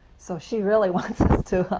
so she really wants